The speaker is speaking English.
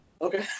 Okay